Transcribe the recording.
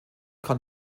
kann